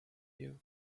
you